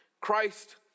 Christ